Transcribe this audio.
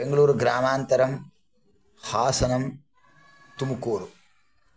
बेङ्गलूरुग्रामान्तरं हासनं तुम्कूरु